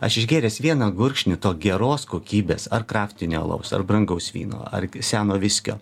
aš išgėręs vieną gurkšnį to geros kokybės ar kraftinio alaus ar brangaus vyno ar seno viskio